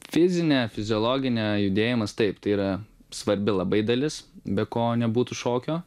fizinė fiziologinė judėjimas taip tai yra svarbi labai dalis be ko nebūtų šokio